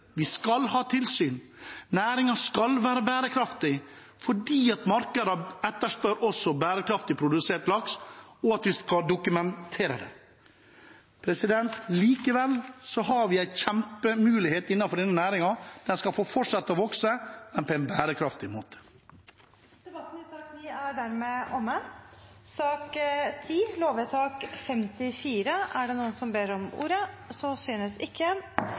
Vi skal jobbe videre med det. Vi skal ha tilsyn. Næringen skal være bærekraftig, for markedet etterspør også bærekraftig produsert laks, og at vi skal dokumentere det. Likevel har vi en kjempemulighet innenfor denne næringen. Den skal få fortsette å vokse, men på en bærekraftig måte. Debatten i sak nr. 9 er dermed omme. Ingen har bedt om ordet.